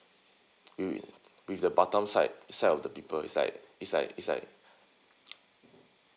with with with the batam side side of the people is like is like is like